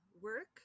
work